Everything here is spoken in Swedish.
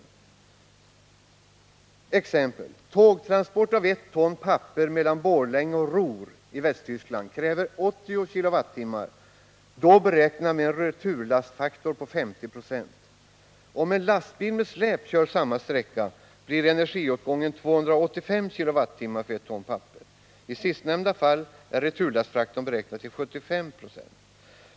Jag skall ge ett exempel: Tågtransport av 1 ton papper mellan Borlänge och Ruhr i Västtyskland kräver 80 kWh i energiförbrukning, beräknat med en returlastfaktor på 50 26. Om en lastbil med släp kör samma sträcka blir energiåtgången 285 kWh för 1 ton papper. I sistnämnda fall är returlastfaktorn beräknad till 75 26.